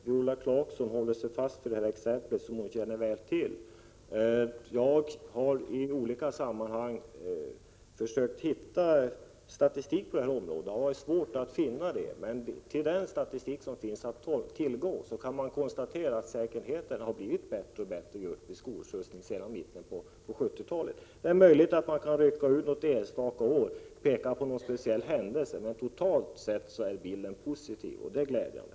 Herr talman! Viola Claesson håller sig fast vid det exempel som hon känner till väl. Jag har i olika sammanhang försökt hitta statistik på det här området. Det har varit svårt att finna sådan, men av den statistik som finns att tillgå kan man konstatera att säkerheten sedan mitten av 70-talet har blivit bättre och bättre i samband med skolskjutsning. Det är möjligt att man kan rycka ut något enstaka år och peka på någon speciell händelse, men totalt sett är bilden positiv, och det är glädjande.